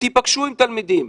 תיפגשו עם תלמידים.